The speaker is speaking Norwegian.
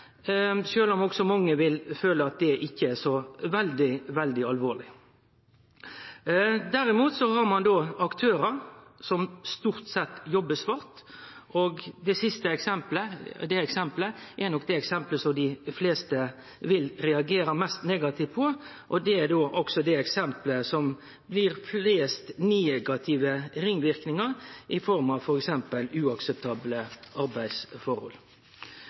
ikkje er så veldig, veldig alvorleg. Derimot har ein aktørar som stort sett jobbar svart, og det siste eksempelet er nok det eksempelet som dei fleste vil reagere mest negativt på, og det er også det eksempelet som gir flest negative ringverknader i form av f.eks. uakseptable arbeidsforhold.